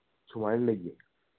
ꯁꯨꯃꯥꯏꯅ ꯂꯩꯌꯦ